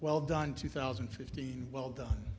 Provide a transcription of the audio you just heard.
well done two thousand and fifteen well done